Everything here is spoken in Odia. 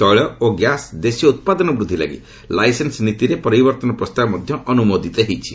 ତୈଳ ଓ ଗ୍ୟାସ୍ ଦେଶୀୟ ଉତ୍ପାଦନ ବୂଦ୍ଧି ଲାଗି ଲାଇସେନ୍ସ ନୀତିରେ ପରିବର୍ତ୍ତନ ପ୍ରସ୍ତାବ ମଧ୍ୟ ଅନୁମୋଦିତ ହୋଇଛି